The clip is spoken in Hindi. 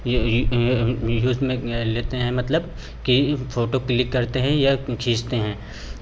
यूज़ में लेते हैं मतलब कि फ़ोटो क्लिक करते हैं या खींचते हैं